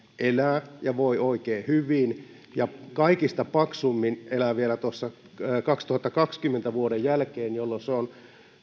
elää ja voi oikein hyvin ja kaikista paksuimmin elää vielä tuossa vuoden kaksituhattakaksikymmentä jälkeen jolloin se on